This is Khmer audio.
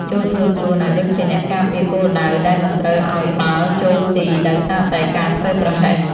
ចូរធ្វើខ្លួនឱ្យដូចជាអ្នកការពារគោលដៅ ដែលមិនត្រូវឱ្យបាល់ចូលទីដោយសារតែការធ្វេសប្រហែស។